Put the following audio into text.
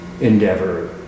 endeavor